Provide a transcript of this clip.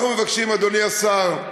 אנחנו מבקשים, אדוני השר,